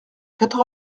quatre